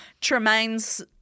Tremaine's